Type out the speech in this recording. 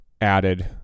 added